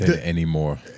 anymore